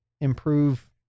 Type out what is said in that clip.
improve